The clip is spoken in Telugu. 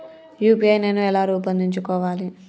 యూ.పీ.ఐ నేను ఎలా రూపొందించుకోవాలి?